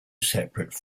separate